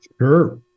Sure